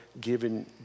given